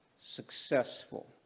successful